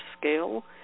scale